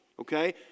okay